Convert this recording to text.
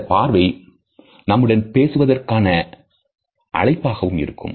இந்தப் பார்வை நம்முடன் பேசுவதற்கான அழைக்கவும் இருக்கும்